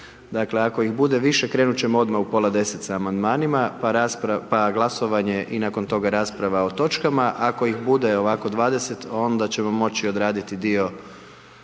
Dakle, ako ih bude više krenut ćemo odmah u pola 10 s amandmanima pa glasovanje i nakon toga rasprava o točkama, ako ih bude ovako 20 onda ćemo moći odraditi dio